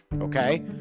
okay